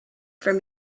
from